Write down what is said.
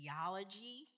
theology